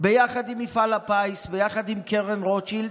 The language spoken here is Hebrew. ביחד עם מפעל הפיס, ביחד עם קרן רוטשילד.